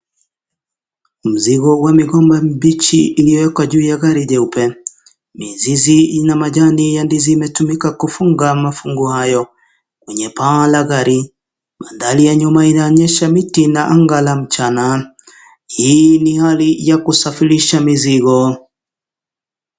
Mzigo wa migomba mbichi iliyowekwa juu ya gari jeupe. Mizizi ina majani ya ndizi imetumika kufunga mafungo hayo, kwenye paa la gari. Mandhari ya nyuma inaonyesha miti na anga la mchana. Hii ni hali ya kusafirisha mizigo.